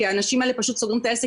כי האנשים האלה פשוט סוגרים את העסק